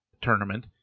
tournament